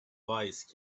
wise